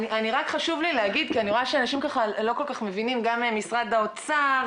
חיים בורובסקי ממשרד האוצר,